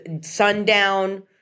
sundown